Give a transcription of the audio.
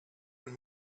und